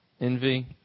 envy